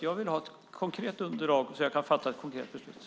Jag vill ha ett konkret underlag så att jag kan fatta ett konkret beslut.